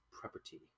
property